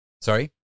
Sorry